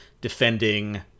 defending